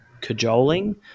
cajoling